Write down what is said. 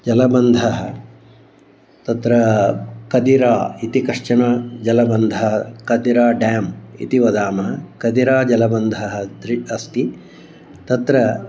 जलबन्धः तत्र कदिरा इति कश्चन जलबन्धः कदिरा डेम् इति वदामः कदिराजलबन्धः त्रि अस्ति तत्र